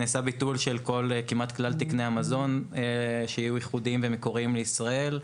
נעשה ביטול של כל כמעט כלל תקני המזון שהיו ייחודיים ומקוריים לישראל.